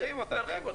להרחיב אותה.